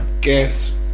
guess